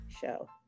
show